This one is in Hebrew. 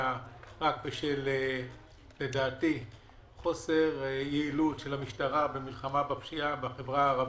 רק בשל חוסר יעילות של המשטרה במלחמה בפשיעה בחברה הערבית.